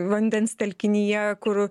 vandens telkinyje kur